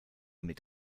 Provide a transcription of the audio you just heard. mit